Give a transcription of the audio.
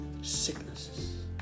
sicknesses